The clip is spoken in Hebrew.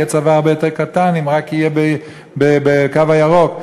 יהיה צבא הרבה יותר קטן אם רק יהיה בקו הירוק.